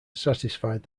satisfied